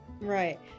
Right